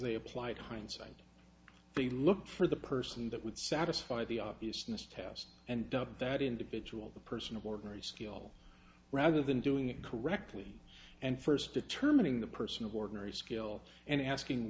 they applied hindsight and they looked for the person that would satisfy the obviousness test and does that individual the person of ordinary skill rather than doing it correctly and first determining the person of ordinary skill and asking